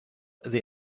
the